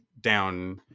down